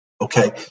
okay